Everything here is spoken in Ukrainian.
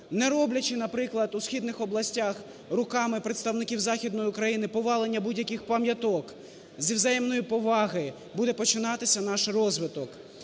не роблячи, наприклад, у східних областях руками представників Західної України повалення будь-яких пам'яток, – зі взаємної поваги буде починатися наш розвиток.